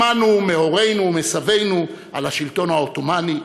שמענו מהורינו ומסבינו על השלטון העות'מאני.